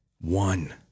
one